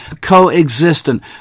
co-existent